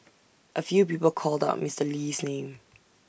A few people called out Mister Lee's name